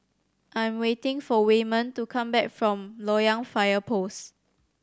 I am waiting for Wayman to come back from Loyang Fire Post